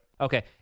Okay